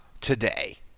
today